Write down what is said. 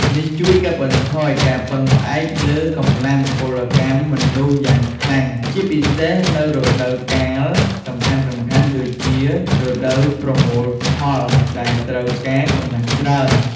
នេះជួយកាត់បន្ថយការពឹងផ្អែកលើកម្លាំងពលកម្មមនុស្សយ៉ាងខ្លាំង ជាពិសេសនៅរដូវកាលសំខាន់ៗដូចជារដូវប្រមូលផលដែលត្រូវការកម្លាំងច្រើន។